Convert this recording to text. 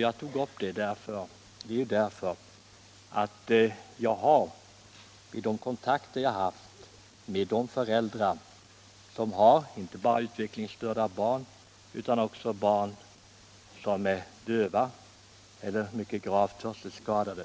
Jag tog upp frågan därför att jag vid de kontakter jag har haft med föräldrar som har inte bara utvecklingsstörda barn utan också barn som är döva eller mycket gravt hörselskadade